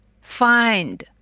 Find